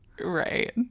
Right